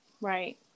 Right